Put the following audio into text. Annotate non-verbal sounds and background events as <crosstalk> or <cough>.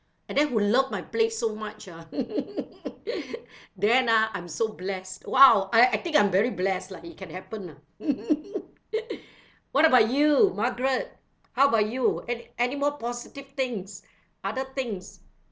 and then who love my place so much uh <laughs> then ah I'm so blessed !wow! I I think I'm very blessed lah it can happen ah <laughs> what about you margaret how about you any anymore positive things other things